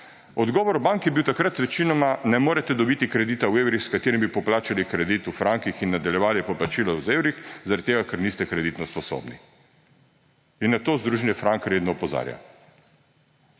Odgovor bank je bil takrat večinoma: »Ne morete dobiti kredita v evrih, s katerim bi poplačali kredit v frankih in nadaljevali poplačilo z evri zaradi tega, ker niste kreditno sposobni.« In na to Združenje Frank redno opozarja.